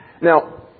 Now